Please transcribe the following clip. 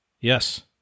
Yes